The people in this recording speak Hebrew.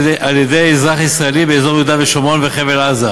על-ידי אזרח ישראלי באזור יהודה ושומרון וחבל-עזה.